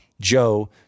Joe